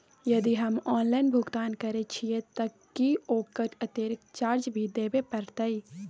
यदि हम ऑनलाइन भुगतान करे छिये त की ओकर अतिरिक्त चार्ज भी देबे परतै?